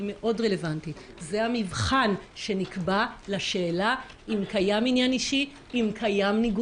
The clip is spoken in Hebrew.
זה לא חלילה כניסיון לקבל עיר מקלט,